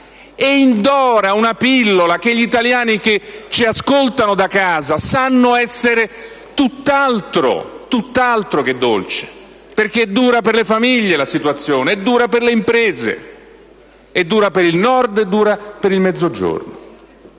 e indora una pillola che gli italiani che ci ascoltano da casa sanno essere tutt'altro che dolce, perché la situazione è dura per le famiglie, è dura per le imprese, è dura per il Nord e per il Mezzogiorno?